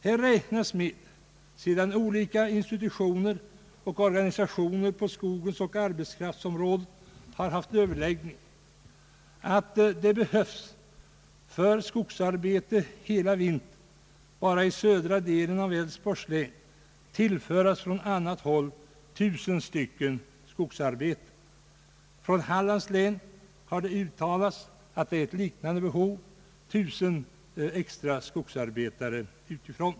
Här räknas med, sedan olika institutioner och organisationer på skogens och arbetskraftens område har haft överläggningar, att det behövs för skogsarbete hela vintern bara i södra delen av Älvsborgs län tillföras från annat håll 1000 skogsarbetare. Från Hallands län har uttalats ett liknande behov, 1000 extra skogsarbetare.